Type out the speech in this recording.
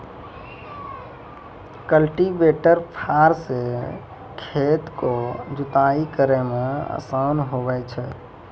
cultivator फार से खेत रो जुताइ करै मे आसान हुवै छै